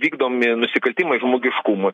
vykdomi nusikaltimai žmogiškumui